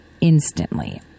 instantly